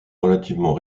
relativement